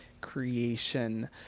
creation